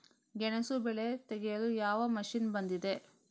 ಗೆಣಸು ಬೆಳೆ ತೆಗೆಯಲು ಯಾವ ಮಷೀನ್ ಬಂದಿದೆ?